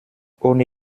ohne